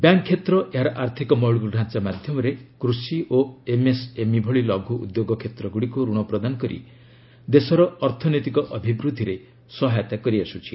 bank କ୍ଷେତ୍ର ଏହାର ଆର୍ଥକ ମୌଳିକ ଡାଞ୍ଚା ମାଧ୍ୟମରେ କୃଷି ଓ ଏମ୍ଏସ୍ଏମ୍ଇ ଭଳି ଲଘୁ ଉଦ୍ୟୋଗ କ୍ଷେତ୍ରଗୁଡ଼ିକୁ ରଣ ପ୍ରଦାନ କରି ଦେଶର ଅର୍ଥନୈତିକ ଅଭିବୃଦ୍ଧିରେ ସହାୟତା କରିଆସ୍କୁଛି